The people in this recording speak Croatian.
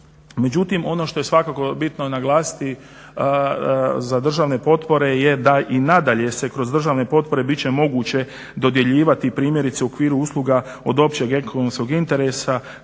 Međutim ono što je svakako bitno naglasiti za državne potpore je da i nadalje se kroz državne potpore bit će moguće dodjeljivati primjerice u okviru usluga od općeg ekonomskog interesa